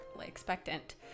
expectant